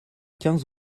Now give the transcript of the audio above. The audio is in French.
quinze